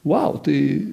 vau tai